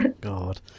God